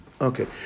Okay